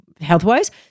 health-wise